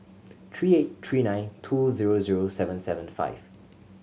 three eight three nine two zero zero seven seven five